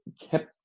kept